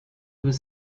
was